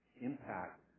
impact